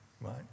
Right